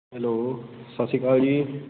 hello ਸਤਿ ਸ਼੍ਰੀ ਅਕਾਲ ਜੀ